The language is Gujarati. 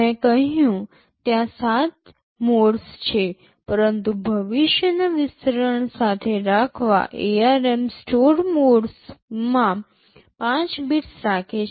મેં કહ્યું ત્યાં ૭ મોડ્સ છે પરંતુ ભવિષ્યના વિસ્તરણ સાથે રાખવા ARM સ્ટોર મોડમાં ૫ બિટ્સ રાખે છે